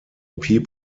peep